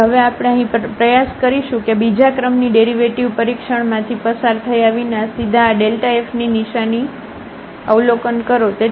તેથી હવે આપણે અહીં પ્રયાસ કરીશું કે બીજા ક્રમની ડેરિવેટિવ પરીક્ષણમાંથી પસાર થયા વિના સીધા આ fની નિશાની અવલોકન કરો